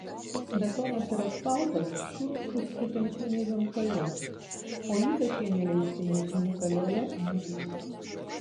betonas ir asfaltas šiurkštūs svetimkūniai gamtoje o ypač jie neleistini unikalioje nerijoje